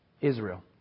Israel